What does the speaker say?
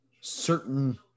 certain